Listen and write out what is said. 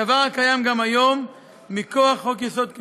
דבר הקיים גם היום מכוח חוק-יסוד: